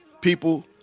people